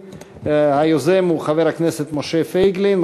מס' 2417. היוזם הוא חבר הכנסת משה פייגלין,